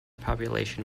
population